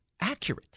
accurate